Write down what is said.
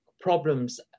problems